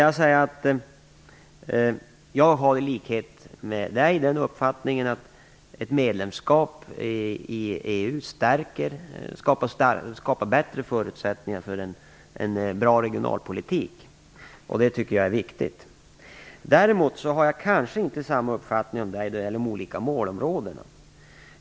Jag har i likhet med Elving Andersson den uppfattningen att ett medlemskap i EU skapar bättre förutsättningar för en bra regionalpolitik. Det tycker jag är viktigt. Däremot har jag kanske inte samma uppfattning som Elving Andersson när det gäller de olika målområdena.